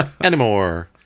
anymore